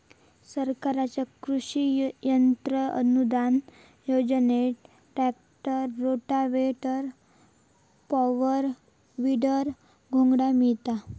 सरकारच्या कृषि यंत्र अनुदान योजनेत ट्रॅक्टर, रोटावेटर, पॉवर, वीडर, घोंगडा मिळता